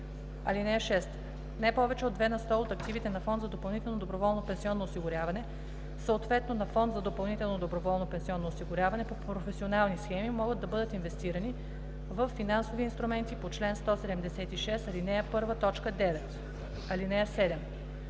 т.8. (6) Не повече от 2 на сто от активите на фонд за допълнително доброволно пенсионно осигуряване, съответно на фонд за допълнително доброволно пенсионно осигуряване по професионални схеми, могат да бъдат инвестирани във финансови инструменти по чл. 176, ал. 1, т. 9.